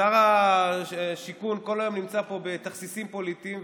שר השיכון כל היום נמצא פה בתכסיסים פוליטיים,